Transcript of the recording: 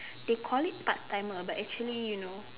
they call it part timer but actually you know